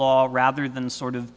law rather than sort of